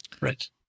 Right